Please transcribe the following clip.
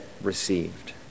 received